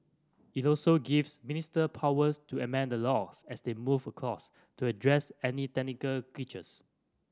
it also gives minister powers to amend the laws as they move across to address any technical glitches